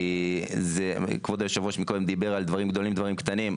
זה לא דבר קטן.